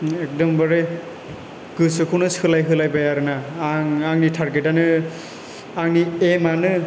एकदमबारि गोसोखौनो सोलायहोलायबाय आरो ना आं आंनि थारगेदानो आंनि एमयानो